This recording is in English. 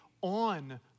on